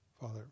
Father